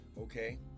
okay